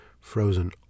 frozen